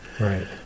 Right